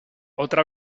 otra